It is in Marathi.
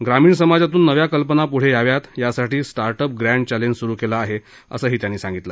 ग्रामीण समाजातून नव्या कल्पना पुढे याव्यात यासाठी स्टाट अप ग्रॅड चॅलेंज सुरु केलं आहे असं त्यांनी सांगितलं